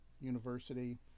university